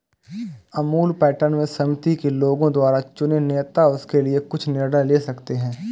Amul pattern में समिति के लोगों द्वारा चुने नेता उनके लिए कुछ निर्णय ले सकते हैं